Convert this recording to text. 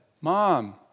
Mom